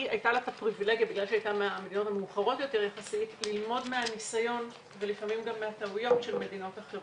הייתה לה הפריבילגיה ללמוד מהניסיון והטעויות של המדינות האחרות.